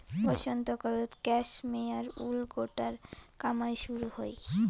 বসন্তকালত ক্যাশমেয়ার উল গোটার কামাই শুরু হই